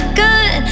good